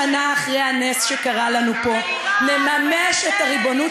50 שנה אחרי הנס שקרה לנו פה נממש את הריבונות